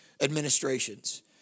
administrations